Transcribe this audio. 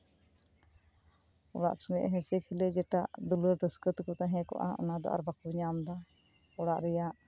ᱚᱲᱟᱜ ᱥᱚᱜᱮ ᱦᱮᱸᱥᱮ ᱠᱷᱮᱞᱮ ᱡᱮᱴᱟ ᱫᱩᱞᱟᱹᱲ ᱨᱟᱹᱥᱠᱟᱹ ᱛᱮᱠᱚ ᱛᱟᱦᱮᱸ ᱠᱚᱜᱼᱟ ᱚᱱᱟ ᱫᱚ ᱵᱟᱝ ᱠᱚ ᱧᱟᱢᱮᱫᱟ ᱚᱲᱟᱜ ᱨᱮᱭᱟᱜ